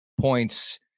points